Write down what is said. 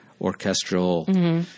orchestral